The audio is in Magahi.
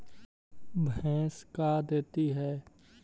भैंस का देती है?